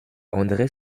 andré